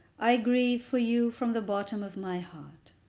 i grieve for you from the bottom of my heart.